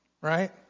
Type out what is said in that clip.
right